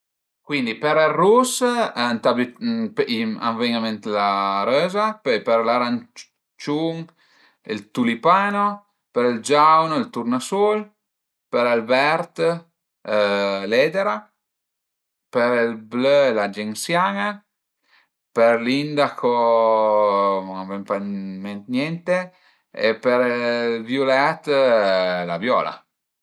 Cuindi për ël rus ëntà büté, a më ven ën ment la röza, pöi për l'aranciun ël tulipano, për ël giaun ël turnasul, për ël vert l'edera, për ël blö la gensian-a, për l'indaco a më ven pa ën ment niente e për ël viulèt la viola